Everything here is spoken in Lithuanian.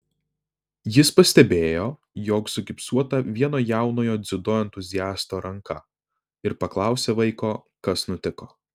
jis pastebėjo jog sugipsuota vieno jaunojo dziudo entuziasto ranka ir paklausė vaiko kas nutiko